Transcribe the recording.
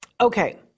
okay